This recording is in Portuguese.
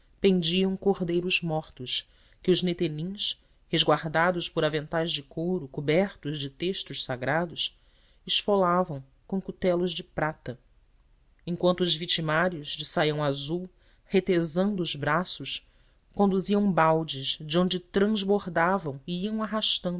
pendiam cordeiros mortos que os netenins resguardados por aventais de couro cobertos de textos sagrados esfolavam com cutelos de prata enquanto os vitimários de saião azul retesando os braços conduziam baldes de onde transbordavam e iam arrastando